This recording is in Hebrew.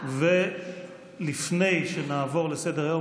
לפני שנעבור לסדר-היום,